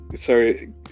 sorry